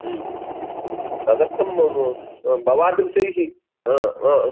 तदर्थं मम भवादृशैः हा हा